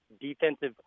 defensive